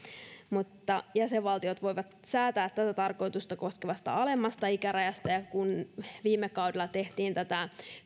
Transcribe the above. jäsenvaltiot voivat säätää tätä tarkoitusta koskevasta alemmasta ikärajasta ja ja kun viime kaudella tehtiin tätä